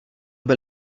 byl